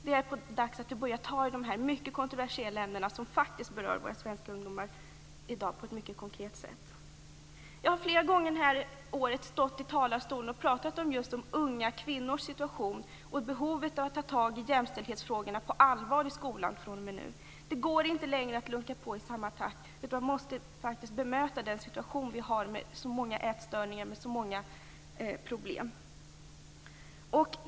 Det är dags att börja ta tag i de här mycket kontroversiella ämnena, som i dag berör våra svenska ungdomar på ett mycket konkret sätt. Jag har flera gånger under detta år stått i talarstolen och pratat om just unga kvinnors situation och behovet av att ta tag i dessa frågor på allvar i skolan fr.o.m. nu. Det går inte längre att lunka på i samma takt, utan vi måste bemöta denna situation med så många ätstörningar och så många problem.